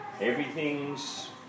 Everything's